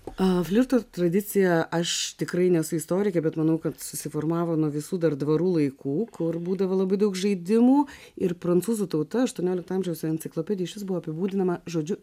a flirto tradicija aš tikrai nesu istorikė bet manau kad susiformavo nuo visų dar dvarų laikų kur būdavo labai daug žaidimų ir prancūzų tauta aštuoniolikto amžiaus enciklopedijoj iš vis buvo apibūdinama žodžiu